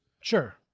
sure